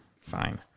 fine